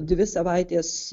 dvi savaitės